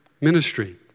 ministry